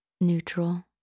neutral